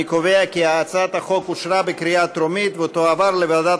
אני קובע כי הצעת החוק התקבלה בקריאה טרומית ותועבר לוועדת